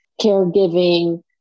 caregiving